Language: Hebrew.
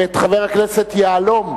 ואת חבר הכנסת יהלום,